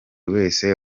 wese